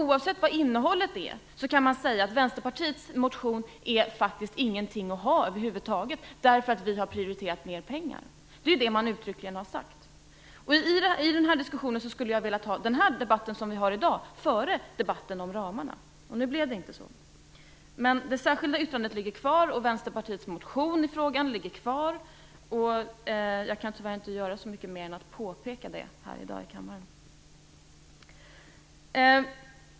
Oavsett innehållet kan man säga att Vänsterpartiets motion faktiskt inte är någonting att ha över huvud taget, därför att vår prioritering innebär mer pengar. Det är det man uttryckligen har sagt. Jag skulle ha velat ha den debatt vi för i dag före debatten om ramarna. Nu blev det inte så. Men det särskilda yttrandet ligger kvar, och Vänsterpartiets motion i frågan ligger kvar. Jag kan tyvärr inte göra så mycket mer här i dag än att påpeka det i kammaren.